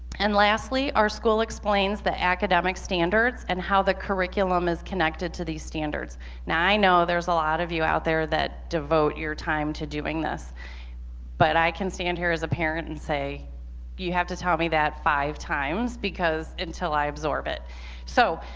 and lastly our school explains the academic standards and how the curriculum is connected to these standards now i know there's a lot of you out there that devote your time to doing this but i can stand here as a parent and say you have to tell me that five times because until i absorb it so